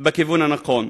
בכיוון הנכון.